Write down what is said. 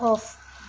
off